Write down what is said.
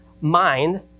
mind